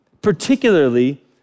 Particularly